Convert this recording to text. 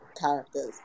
characters